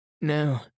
No